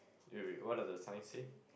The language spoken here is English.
eh wait what does the sign say